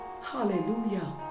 hallelujah